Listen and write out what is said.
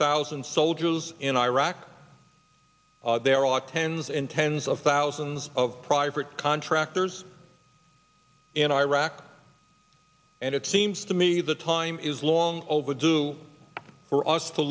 thousand soldiers in iraq there are tens and tens of thousands of private contractors in iraq and it seems to me the time is long overdue for us to